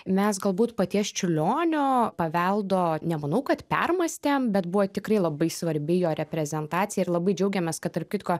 mes galbūt paties čiurlionio paveldo nemanau kad permąstėm bet buvo tikrai labai svarbi jo reprezentacija ir labai džiaugiamės kad tarp kitko